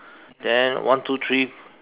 then one two three